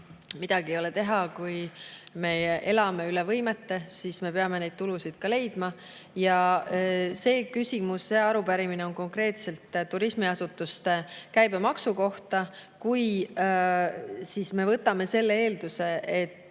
midagi ei ole teha, kui me elame üle võimete, siis me peame tulusid ka leidma. See arupärimine on konkreetselt turismiasutuste käibemaksu kohta. Kui me võtame selle eelduse, et